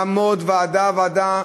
לעמוד ועדה-ועדה,